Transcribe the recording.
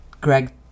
Greg